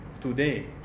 today